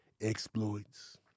exploits